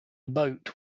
boat